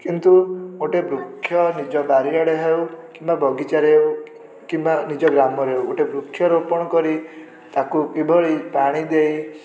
କିନ୍ତୁ ଗୋଟେ ବୃକ୍ଷ ନିଜ ବାରିଆଡ଼େ ହେଉ କିମ୍ବା ବଗିଚାରେ ହେଉ କିମ୍ବା ନିଜ ଗ୍ରାମରେ ହେଉ ଗୋଟେ ବୃକ୍ଷରୋପଣ କରି ତାକୁ କିଭଳି ପାଣିଦେଇ